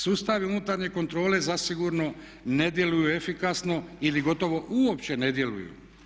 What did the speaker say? Sustavi unutarnje kontrole zasigurno ne djeluju efikasno ili gotovo uopće ne djeluju.